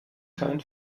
kein